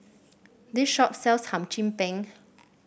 this shop sells Hum Chim Peng